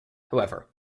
however